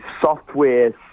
software